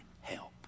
help